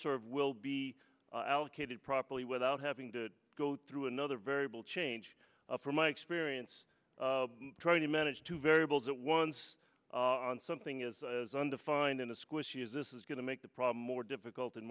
unserved will be allocated properly without having to go through another variable change from my experience trying to manage to variables at once on something is as undefined in a squishy is this is going to make the problem more difficult